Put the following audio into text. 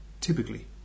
typically